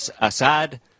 Assad